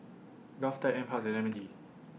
Govtech NParks and M N D